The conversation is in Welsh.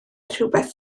rhywbeth